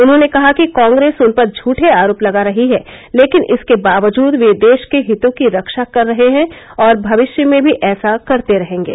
उन्होंने कहा कि कांग्रेस उन पर झूठे आरोप लगा रही है लेकिन इसके बावजूद वे देश के हितों की रक्षा कर रहे हैं और भविष्य में भी ऐसा करते रहेंगे